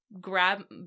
grab